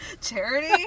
charity